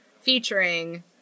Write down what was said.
featuring